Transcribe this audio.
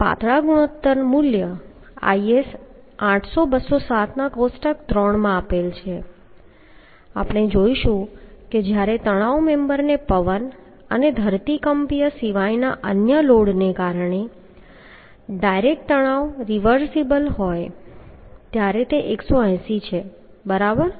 તેથી પાતળા ગુણોત્તર મૂલ્ય IS 800 2007 ના કોષ્ટક 3 માં આપેલ છે આપણે જોઈશું કે જ્યારે તણાવ મેમ્બરને પવન અને ધરતીકંપીય સિવાયના અન્ય લોડને કારણે ડાયરેક્ટ તણાવ રિવર્સલ હોય ત્યારે તે 180 છે બરાબર